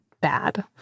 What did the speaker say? bad